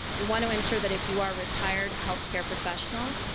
we want to ensure that if you are retired healthcare professional,